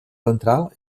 ventral